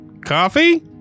coffee